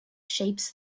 shapes